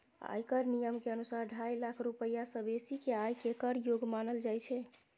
आयकर नियम के अनुसार, ढाई लाख रुपैया सं बेसी के आय कें कर योग्य मानल जाइ छै